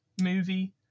movie